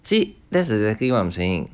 see that's exactly what I'm saying